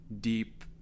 deep